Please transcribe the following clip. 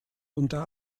unter